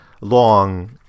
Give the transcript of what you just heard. long